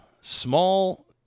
small